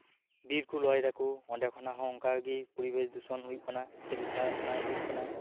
ᱵᱤᱨᱠᱚ ᱞᱚᱭᱫᱟᱠᱚ ᱚᱸᱰᱮ ᱠᱷᱚᱱᱟᱜ ᱦᱚ ᱚᱱᱠᱟᱜᱤ ᱯᱚᱨᱤᱵᱮᱥ ᱫᱷᱩᱥᱚᱱ ᱦᱩᱭᱩᱜ ᱠᱟᱱᱟ ᱥᱮ ᱵᱤᱥᱥᱚ ᱩᱥᱱᱟᱭᱚᱱ ᱦᱩᱭᱩᱜ ᱠᱟᱱᱟ